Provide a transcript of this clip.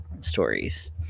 stories